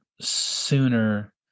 sooner